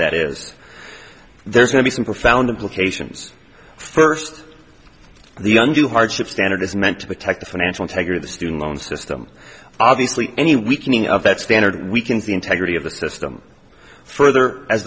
that is there's going to be some profound implications first the undue hardship standard is meant to protect the financial tiger the student loan system obviously any weakening of that standard weakens the integrity of the system further as